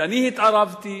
ואני התערבתי